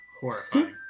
Horrifying